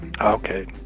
Okay